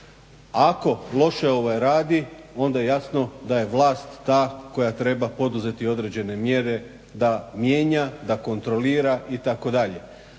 Ako lože radi onda jasno da je vlast ta koja treba poduzeti određene mjere da mijenja, da kontrolira itd.